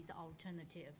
alternative